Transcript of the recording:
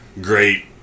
Great